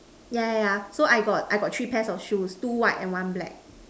yeah yeah yeah so I got I got three pairs of shoes two white and one black